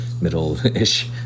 middle-ish